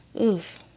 oof